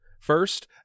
First